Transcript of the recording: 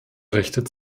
richtet